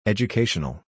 Educational